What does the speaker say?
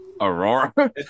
Aurora